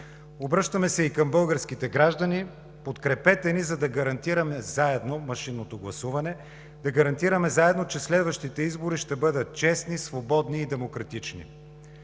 Обръщаме се и към българските граждани: подкрепете ни, за да гарантираме заедно машинното гласуване, да гарантираме заедно, че следващите избори ще бъдат честни, свободни и демократични.